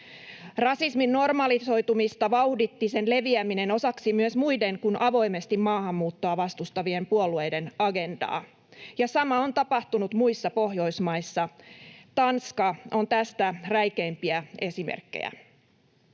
Rasismin normalisoitumista vauhditti sen leviäminen osaksi myös muiden kuin avoimesti maahanmuuttoa vastustavien puolueiden agendaa, ja sama on tapahtunut muissa Pohjoismaissa. Tanska on tästä räikeimpiä esimerkkejä.